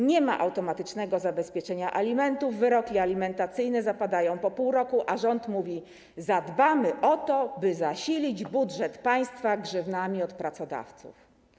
Nie ma automatycznego zabezpieczenia alimentów, wyroki alimentacyjne zapadają po pół roku, a rząd mówi: zadbamy o to, by zasilić budżet państwa grzywnami od pracodawców.